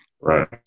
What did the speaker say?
Right